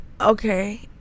Okay